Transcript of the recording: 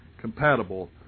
compatible